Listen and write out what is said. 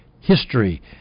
history